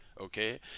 okay